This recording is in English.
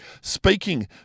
speaking